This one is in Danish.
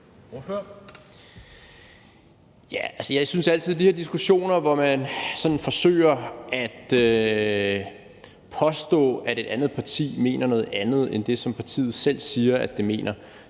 Jeg synes, at de her diskussioner, hvor man sådan forsøger at påstå, at et andet parti mener noget andet end det, som partiet selv siger de mener,